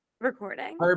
recording